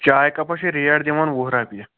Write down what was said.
چایہِ کَپَس چھِ ریٚٹ دِوان وُہ رۅپیہِ